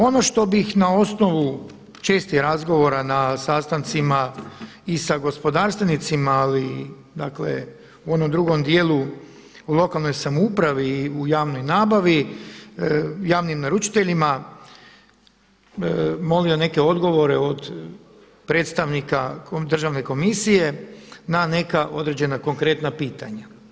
Ono što bih na osnovu čestih razgovora na sastancima i sa gospodarstvenicima ali i dakle u onom drugom djelu u lokalnoj samoupravi i u javnoj nabavi javnim naručiteljima molio neke odgovore od predstavnika državne komisije na neka određena konkretna pitanja.